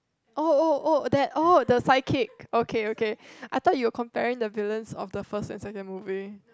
oh oh oh that oh the five kick okay okay I thought you comparing the villians of the first and second movie